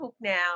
now